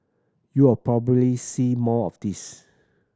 you'll probably see more of this